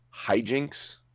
hijinks